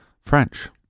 French